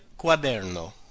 quaderno